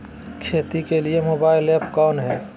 खेती के लिए मोबाइल ऐप कौन है?